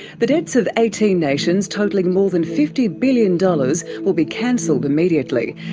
the debts of eighteen nations totalling more than fifty billion dollars will be cancelled immediately.